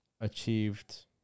achieved